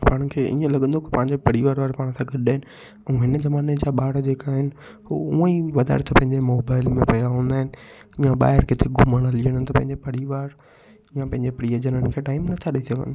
पाण खे ईअं लॻंदो की पंहिंजो परिवार वारा पाण सां गॾु आहिनि ऐं हिन ज़माने जा ॿार जेका आहिनि हू हूंअं ई वाधारे था पंहिंजे मोबाइल में पिया हूंदा आहिनि या ॿाहिरि किथे घुमण हली वञनि त पंहिंजे परिवार या पंहिंजे प्रीयजन सां टाइम नथा ॾेई सघनि